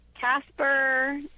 Casper